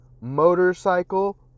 motorcycle